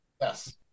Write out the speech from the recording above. yes